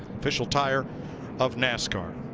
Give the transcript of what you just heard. official tire of nascar